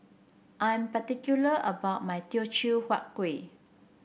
I'm particular about my Teochew Huat Kueh